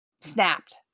snapped